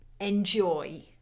enjoy